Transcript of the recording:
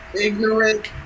ignorant